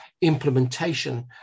implementation